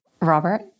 Robert